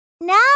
Now